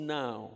now